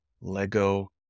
Lego